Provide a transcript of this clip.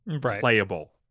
playable